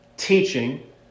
Teaching